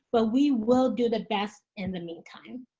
but we will do the best in the meantime.